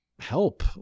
Help